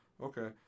okay